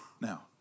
Now